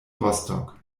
rostock